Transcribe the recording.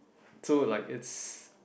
so like it's